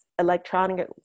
electronic